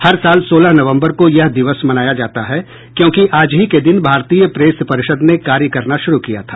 हर साल सोलह नवम्बर को यह दिवस मनाया जाता है क्योंकि आज ही के दिन भारतीय प्रेस परिषद ने कार्य करना शुरू किया था